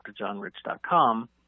drjohnrich.com